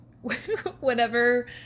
Whenever